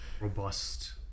robust